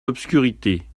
l’obscurité